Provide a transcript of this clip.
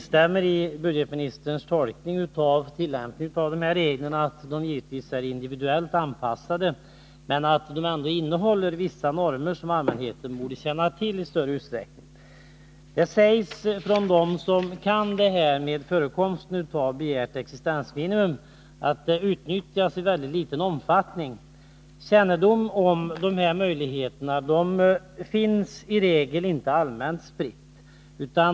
Som budgetministern säger i svaret prövas ansökningarna individuellt för varje fall, men reglerna innehåller ändå vissa normer som allmänheten i större utsträckning borde känna till. De som är insatta i dessa frågor säger att begäran om avdrag enligt reglerna för existensminimum förekommer i ringa omfattning. Kännedomen om den möjligheten är inte allmänt spridd.